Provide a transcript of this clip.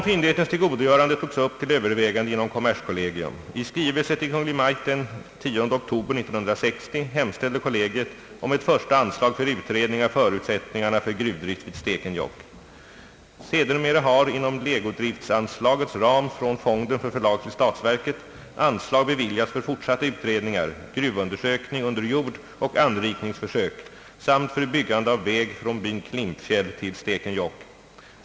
ställde kollegiet om ett första anslag för utredning av förutsättningarna för gruvdrift vid Stekenjokk. Sedermera har inom »legodriftsanslagets» ram från »fonden för förslag till statsverket» anslag beviljats för fortsatta utredningar, gruvundersökning under jord och anrikningsförsök samt för byggande av väg från byn Klimpfjäll till Stekenjokk.